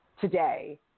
today